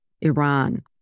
Iran